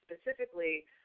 specifically